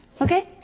okay